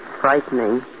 Frightening